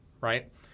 right